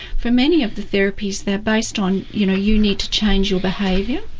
for many of the therapies they're based on, you know, you need to change your behaviour.